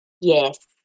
Yes